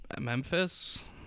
Memphis